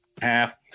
half